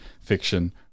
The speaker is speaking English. fiction